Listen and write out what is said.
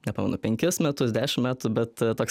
nepamenu penkis metus dešim metų bet toks